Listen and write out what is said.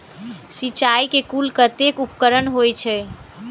सिंचाई के कुल कतेक उपकरण होई छै?